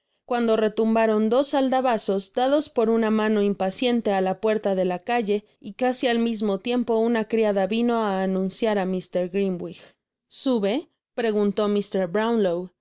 cuando retumbaron dos aldabazos dados por una mano impaciente á la puerta de la calle y casi al mismo tiempo una criada vino á anunciar á mr grimwig sube preguntó